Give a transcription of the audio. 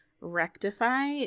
rectify